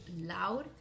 loud